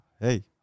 Hey